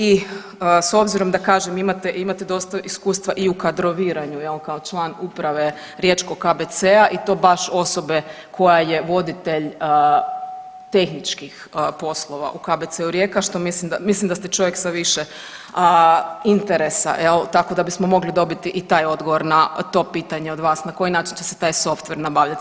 I s obzirom da kažem imate dosta iskustva i u kadroviranju jel kao član uprave Riječkog KBC-a i to baš osobe koja je voditelj tehničkih poslova u KBC-u Rijeka, mislim da ste čovjek sa više interesa tako da bismo mogli dobiti i taj odgovor na to pitanje od vas na koji način će se taj softver nabavljati.